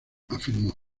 afirmó